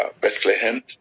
Bethlehem